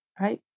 Right